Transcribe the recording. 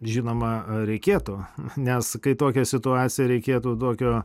žinoma reikėtų nes kai tokia situacija reikėtų tokio